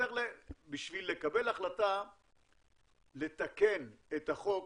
בשביל לקבל החלטה לתקן את החוק